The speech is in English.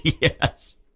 Yes